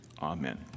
Amen